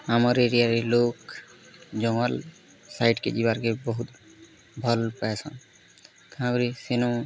ଆମର୍ ଏରିଆରେ ଲୋକ୍ ଜଙ୍ଗଲ୍ ସାଇଟ୍କେ ଯିବାର୍କେ ବହୁତ୍ ଭଲ୍ ପାଏସନ୍ ଆହୁରି ସେନୁ